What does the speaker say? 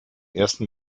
ersten